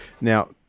Now